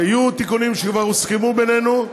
יהיו תיקונים שכבר הוסכמו בינינו,